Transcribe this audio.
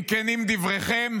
אם כנים דבריכם,